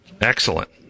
Excellent